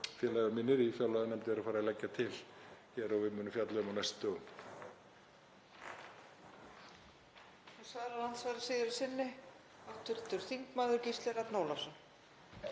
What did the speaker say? félagar mínir í fjárlaganefnd eru að fara að leggja til hér og við munum fjalla um á næstu